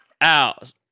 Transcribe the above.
out